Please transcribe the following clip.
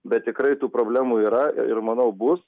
bet tikrai tų problemų yra ir manau bus